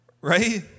right